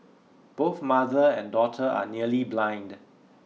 both mother and daughter are nearly blind